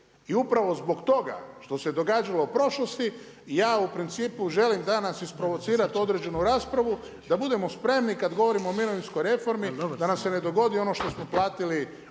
i upravo zbog toga što se događalo u prošlosti, ja u principu želim danas isprovocirati određenu raspravu, da budemo spremni kad govorimo o mirovinskoj reformi da nam se ne dogodi ono što smo platili